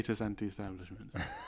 anti-establishment